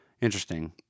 Interesting